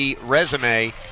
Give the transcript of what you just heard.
resume